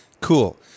Cool